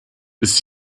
ist